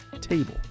table